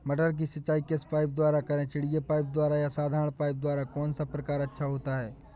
मटर की सिंचाई किस पाइप द्वारा करें चिड़िया पाइप द्वारा या साधारण पाइप द्वारा कौन सा प्रकार अच्छा होता है?